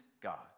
God